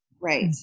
Right